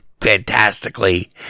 fantastically